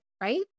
right